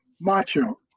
macho